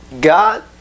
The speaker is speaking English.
God